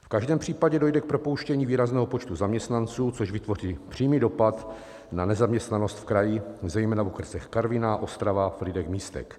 V každém případě dojde k propouštění výrazného počtu zaměstnanců, což vytvoří přímý dopad na nezaměstnanost v kraji, zejména v okresech Karviná, Ostrava, FrýdekMístek.